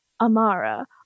Amara